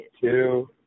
two